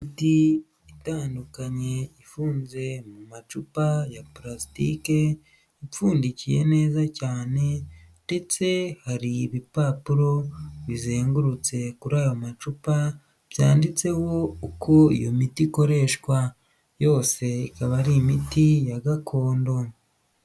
Imiti itandukanye ifunze mu macupa ya purasitike ipfundikiye neza cyane ndetse hari ibipapuro bizengurutse kuri aya macupa byanditseho uko iyo miti ikoreshwa, yose ikaba ari imiti ya gakondo.